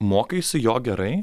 mokaisi jo gerai